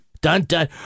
Dun-dun